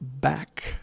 back